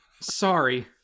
Sorry